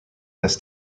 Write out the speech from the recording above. this